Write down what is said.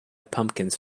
pumpkins